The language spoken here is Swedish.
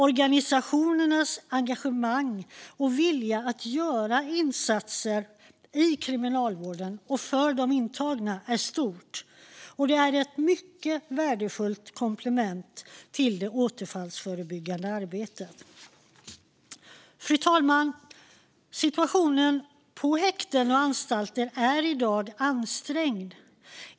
Organisationernas engagemang och vilja att göra insatser i kriminalvården och för de intagna är stort, och detta är ett mycket värdefullt komplement till det återfallsförebyggande arbetet. Fru talman! Situationen på häkten och anstalter är i dag ansträngd.